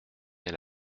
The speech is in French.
elle